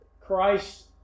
Christ